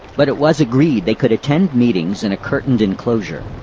but it was agreed they could attend meetings in a curtained enclosure.